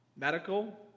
medical